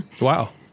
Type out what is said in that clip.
Wow